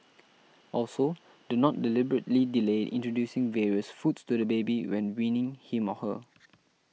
also do not deliberately delay introducing various foods to the baby when weaning him or her